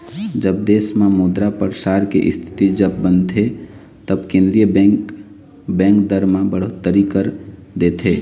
जब देश म मुद्रा परसार के इस्थिति जब बनथे तब केंद्रीय बेंक, बेंक दर म बड़होत्तरी कर देथे